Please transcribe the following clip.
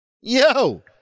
Yo